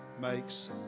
makes